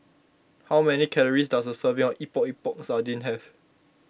how many calories does a serving of Epok Epok Sardin have